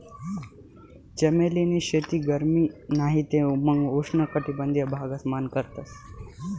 चमेली नी शेती गरमी नाही ते मंग उष्ण कटबंधिय भागस मान करतस